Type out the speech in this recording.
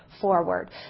forward